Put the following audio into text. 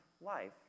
life